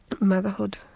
motherhood